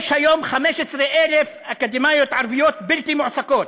יש היום 15,000 אקדמאיות ערביות בלתי מועסקות,